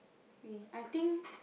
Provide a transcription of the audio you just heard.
we I think